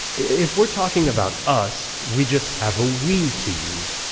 if we're talking about us, we just have a we to use.